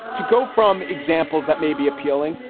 to go from examples, that may be appealing.